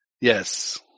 Yes